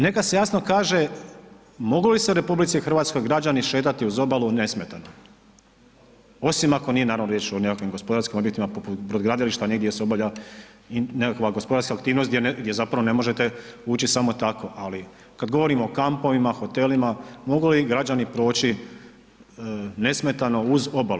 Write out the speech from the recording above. Neka se jasno kaže mogu li se u RH građani šetati uz obalu nesmetano, osim ako nije naravno riječ o nekakvim gospodarskim objektima poput brodogradilišta, negdje gdje se obavlja nekakva gospodarska aktivnost gdje zapravo ne možete ući samo tako, ali kada govorimo o kampovima, hotelima, mogu li građani proći nesmetano uz obalu?